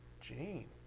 Jane